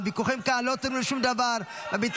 הוויכוחים כאן לא תורמים בשום דבר לביטחון.